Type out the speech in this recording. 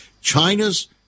China's